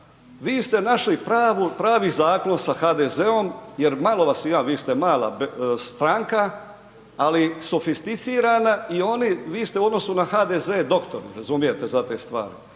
vi ste našli pravi zaklon sa HDZ-om jer malo vas ima, vi ste mala stranka ali sofisticirana i vi ste u odnosu na HDZ doktor, razumijete za te stvari